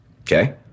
okay